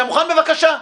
אתה מוכן בבקשה?